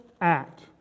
act